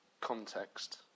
context